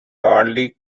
early